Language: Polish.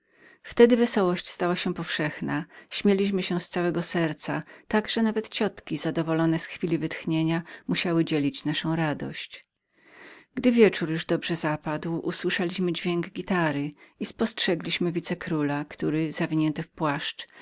wtedy wesołość stała się powszechną śmieliśmy się z całego serca tak że aż wreszcie ciotki zadowolone z chwili wytchnienia musiały dzielić naszą radość gdy wieczór już dobrze zapadł usłyszeliśmy dźwięk gitary i spostrzegliśmy zakochanego wicekróla który zawinięty w ciemny płaszcz